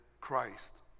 Christ